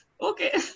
Okay